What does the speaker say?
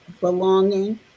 belonging